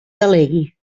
delegui